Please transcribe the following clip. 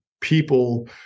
people